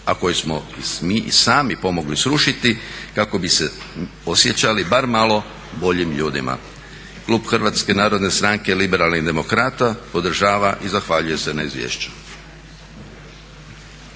a koje smo mi i sami pomogli srušiti kako bi se osjećali bar malo boljim ljudima. Klub Hrvatske narodne stranke Liberalnih demokrata podržava i zahvaljuje se na izvješću.